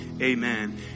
amen